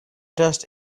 dust